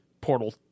portal